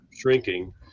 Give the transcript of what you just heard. shrinking